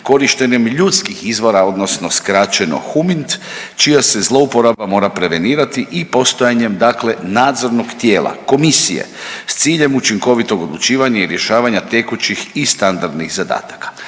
korištenjem ljudskih izvora odnosno skraćeno HUMINT čija se zlouporaba mora prevenirati i postojanjem dakle nadzornog tijela, komisije s ciljem učinkovitog odlučivanja i rješavanja tekućih i standardnih zadataka.